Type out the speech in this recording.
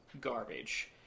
garbage